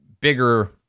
bigger